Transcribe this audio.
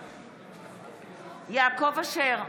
בעד יעקב אשר,